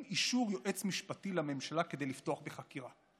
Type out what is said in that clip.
אישור יועץ משפטי לממשלה כדי לפתוח בחקירה.